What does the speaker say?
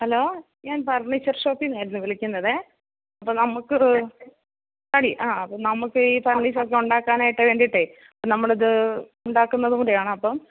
hello ഞാൻ furniture ഷോപ്പീന്നായിരുന്നു വിളിക്കുന്നത് അപ്പം നമുക്കൊരു തടി ആ അത് നമുക്കീ ഫർണീച്ചറൊക്കെ ഉണ്ടാക്കാനായിട്ട് വേണ്ടീട്ടേ നമ്മളത് ഉണ്ടാക്കുന്നതും കൂടെയാണ് അപ്പം